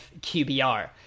QBR